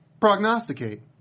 prognosticate